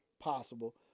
possible